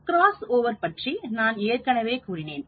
cross over பற்றி நான் ஏற்கனவே கூறினேன்